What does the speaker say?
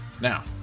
Now